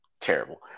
terrible